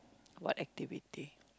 what activity